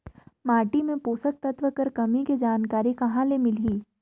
माटी मे पोषक तत्व कर कमी के जानकारी कहां ले मिलही?